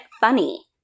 funny